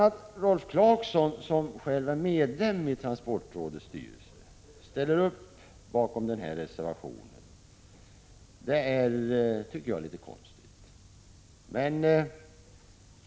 Att Rolf Clarkson, som själv är ledamot av transportrådets styrelse, ställer upp bakom reservationen är, enligt min mening, litet konstigt.